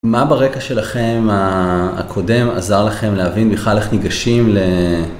מה ברקע שלכם הקודם עזר לכם להבין בכלל איך ניגשים ל...